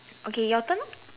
okay your turn lor